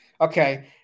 Okay